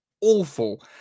awful